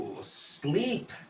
Sleep